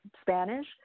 Spanish